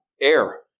Air